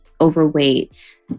overweight